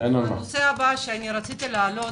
נחזור למנהל